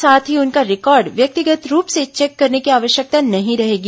साथ ही उनका रिकॉर्ड व्यक्तिगत रूप से चेक करने की आवश्यकता नहीं रहेगी